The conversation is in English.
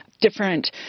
different